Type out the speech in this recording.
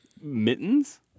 Mittens